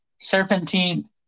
Serpentine